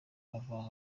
ava